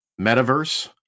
metaverse